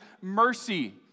mercy